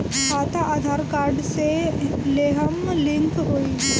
खाता आधार कार्ड से लेहम लिंक होई?